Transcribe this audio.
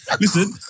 Listen